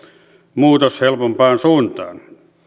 muutos helpompaan suuntaan